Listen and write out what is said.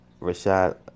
Rashad